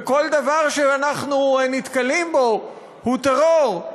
וכל דבר שאנחנו נתקלים בו הוא טרור.